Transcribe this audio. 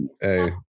Hey